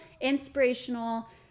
inspirational